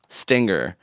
stinger